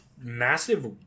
massive